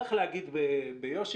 צריך להגיד ביושר,